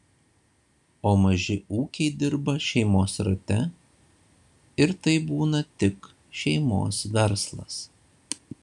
o maži ūkiai dirba šeimos rate ir tai būna tik šeimos verslas